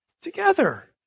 together